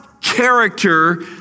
character